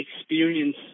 experience